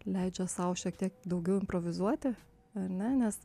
leidžia sau šiek tiek daugiau improvizuoti ar ne nes